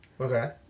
Okay